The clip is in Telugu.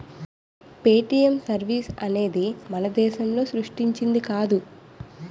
పేటీఎం సర్వీస్ అనేది మన దేశం సృష్టించింది కాదు